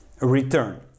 return